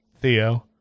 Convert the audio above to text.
Theo